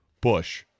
Bush